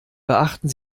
beachten